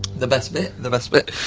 the best bit. the best bit.